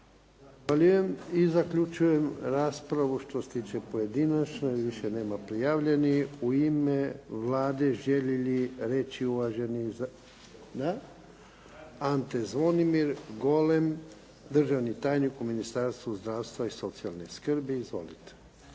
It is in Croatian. Zahvaljujem. I zaključujem raspravu što se tiče pojedinačne. Više nema prijavljenih. U ime Vlade želi li reći uvaženi… da. Ante Zvonimir Golem, državni tajnik u Ministarstvu zdravstva i socijalne skrbi. Izvolite.